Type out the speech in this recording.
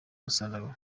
musaraba